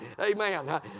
Amen